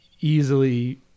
easily